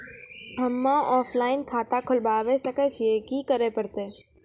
हम्मे ऑफलाइन खाता खोलबावे सकय छियै, की करे परतै?